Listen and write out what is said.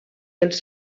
dels